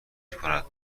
میکند